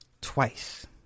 Twice